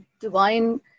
divine